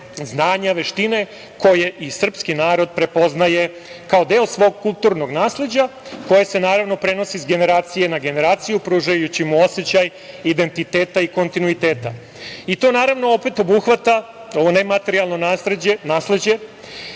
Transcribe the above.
znanja, veštine koje i srpski narod prepoznaje kao deo svog kulturnog nasleđa koje se prenosi sa generacije na generaciju, pružajući mu osećaj identiteta i kontinuiteta. Naravno, to opet obuhvata ovo nematerijalno nasleđe